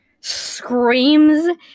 Screams